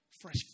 Fresh